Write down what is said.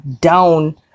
down